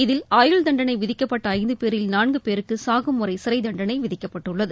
இதில் ஆயுள் தண்டனை விதிக்கப்பட்ட ஐந்து பேரில் நான்கு பேருக்கு சாகுவரை சிறை தண்டனை விதிக்கப்பட்டுள்ளது